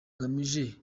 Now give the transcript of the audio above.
bagamije